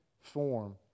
form